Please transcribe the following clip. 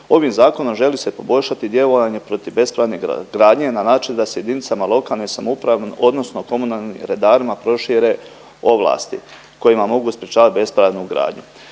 ovim zakonom želi se poboljšati djelovanje protiv bespravne gradnje na način da se jedinicama lokalne samouprave odnosno komunalnim redarima prošire ovlasti kojima mogu sprječavati bespravnu gradnju.